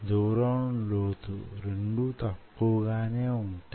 దూరం లోతు రెండూ తక్కువ గానే వుంటాయి